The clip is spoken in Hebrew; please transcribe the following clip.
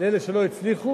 לאלה שלא הצליחו,